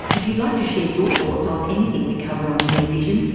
if you'd like to share your thoughts on anything we cover on rear vision,